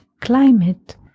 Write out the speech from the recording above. climate